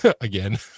Again